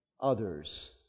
others